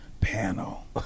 panel